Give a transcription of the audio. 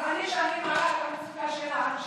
גזעני שאני מראה את המצוקה של העם שלי,